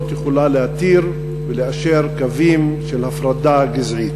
יכולה להתיר ולאשר קווים של הפרדה גזעית,